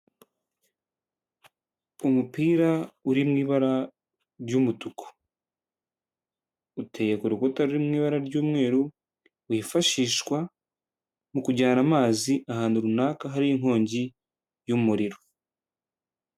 Umupira uri mu ibara ry'umutuku, uteye ku rukuta ruri mu ibara ry'umweru, wifashishwa mu kujyana amazi ahantu runaka hari inkongi y'umuriro.